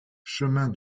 chemin